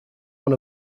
one